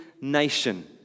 nation